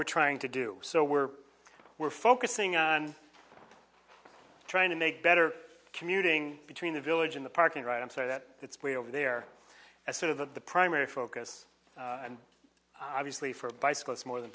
we're trying to do so we're we're focusing on trying to make better commuting between the village in the parking right up so that it's over there as sort of the primary focus and obviously for bicyclists more than